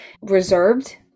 reserved